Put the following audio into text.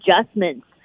adjustments